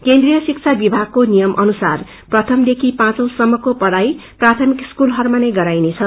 केन्द्रीय शिक्षा विभागको नियम अनुसार प्रथमदेखि पँचौसम्मको पढ़ाइ प्राथमिक स्कूलहरूमा नै गराइनेछ